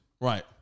Right